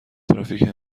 ترافیک